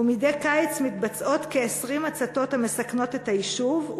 ומדי קיץ מתבצעות כ-20 הצתות המסכנות את היישוב,